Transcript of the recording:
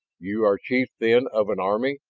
you are chief then of an army,